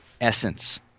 essence